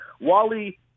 Wally